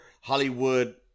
Hollywood